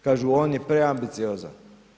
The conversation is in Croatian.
Kažu on je preambiciozan.